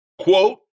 Quote